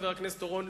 חבר הכנסת אורון,